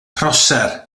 prosser